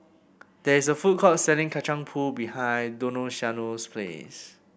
there is a food court selling Kacang Pool behind Donaciano's place